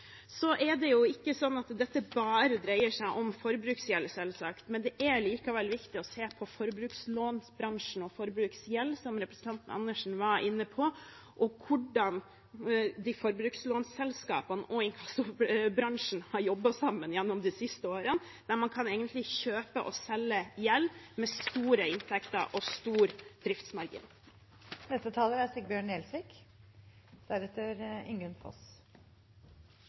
er selvsagt ikke sånn at dette bare dreier seg om forbruksgjeld, men det er likevel viktig å se på forbrukslånsbransjen og forbruksgjeld, som representanten Andersen var inne på, og hvordan forbrukslånsselskapene og inkassobransjen har jobbet sammen gjennom de siste årene, der man egentlig kan kjøpe og selge gjeld med store inntekter og stor driftsmargin.